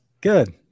Good